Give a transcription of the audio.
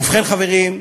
ובכן, חברים,